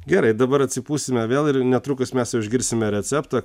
gerai dabar atsipūsime vėl ir netrukus mes jau išgirsime receptą